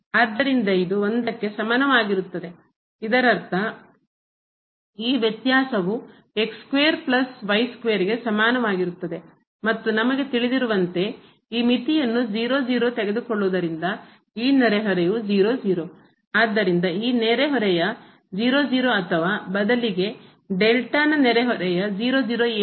ಆದ್ದರಿಂದ ಇದು 1 ಕ್ಕೆ ಸಮನಾಗಿರುತ್ತದೆ ಇದರರ್ಥ ಈ ವ್ಯತ್ಯಾಸವು ಗೆ ಸಮನಾಗಿರುತ್ತದೆ ಮತ್ತು ನಮಗೆ ತಿಳಿದಿರುವಂತೆ ಈ ಮಿತಿಯನ್ನು ಈ ನೆರೆಹೊರೆಯು ಆದ್ದರಿಂದಈ ನೆರೆಹೊರೆಯ ಅಥವಾ ಬದಲಿಗೆ ನ ನೆರೆಹೊರೆಯ ಏನು